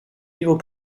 livres